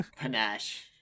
Panache